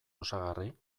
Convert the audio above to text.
osagarri